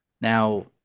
Now